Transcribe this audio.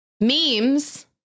Memes